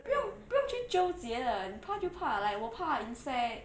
不用不用去纠结的你怕就怕 like 我怕 insect